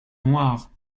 noirs